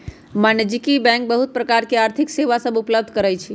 वाणिज्यिक बैंक बहुत प्रकार के आर्थिक सेवा सभ उपलब्ध करइ छै